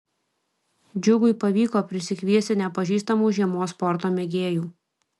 džiugui pavyko prisikviesti nepažįstamų žiemos sporto mėgėjų